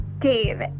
Dave